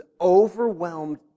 overwhelmed